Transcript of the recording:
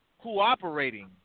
cooperating